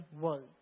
world